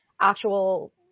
actual